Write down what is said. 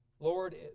Lord